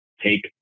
Take